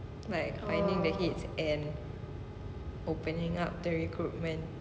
like finding the heats and opening up the recruitment